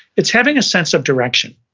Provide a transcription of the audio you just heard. it's having a sense of direction.